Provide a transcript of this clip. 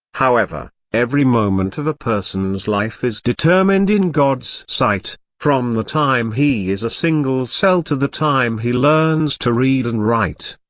however, every moment of a person's life is determined in god's sight, from the time he is a single cell to the time he learns to read and write,